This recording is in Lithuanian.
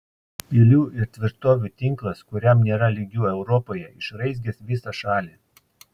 pilių ir tvirtovių tinklas kuriam nėra lygių europoje išraizgęs visą šalį